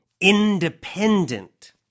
independent